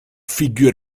figure